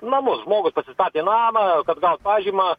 namus žmogus pasistatė namą kad gaut pažymą